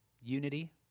unity